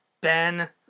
Ben